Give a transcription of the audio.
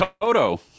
toto